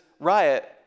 riot